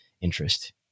interest